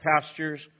pastures